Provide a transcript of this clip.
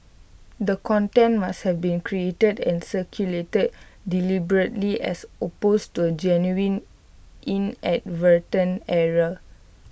the content must have been created and circulated deliberately as opposed to A genuine inadvertent error